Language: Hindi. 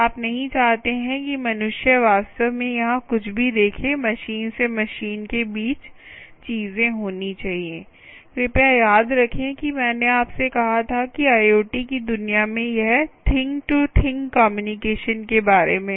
आप नहीं चाहते कि मनुष्य वास्तव में यहाँ कुछ भी देखें मशीन से मशीन के बीच चीजें होनी चाहिए कृपया याद रखें कि मैंने आपसे कहा था कि IoT दुनिया में यह थिंग टू थिंग कम्युनिकेशन के बारे में है